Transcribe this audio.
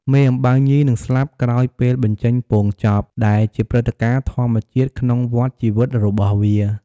មេអំបៅញីនឹងស្លាប់ក្រោយពេលបញ្ចេញពងចប់ ដែលជាព្រឹត្តិការណ៍ធម្មជាតិក្នុងវដ្តជីវិតរបស់វា។